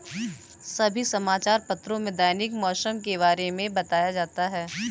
सभी समाचार पत्रों में दैनिक मौसम के बारे में बताया जाता है